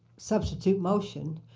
substitute motion,